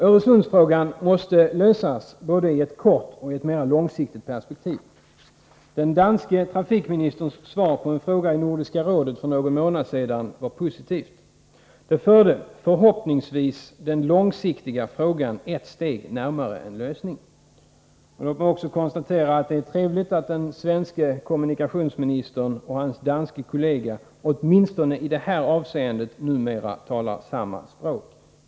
Öresundsfrågan måste lösas både i ett kortsiktigt och i ett mera långsiktigt perspektiv. Den danske trafikministerns svar på en fråga i Nordiska rådet för någon månad sedan var positivt. Det förde, förhoppningsvis, den långsiktiga frågan ett steg närmare en lösning. Låt mig också konstatera att det är trevligt att den svenske kommunikationsministern och hans danske kollega, åtminstone i det här avseendet, numera talar samma språk.